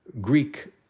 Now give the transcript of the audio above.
Greek